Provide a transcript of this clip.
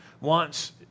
wants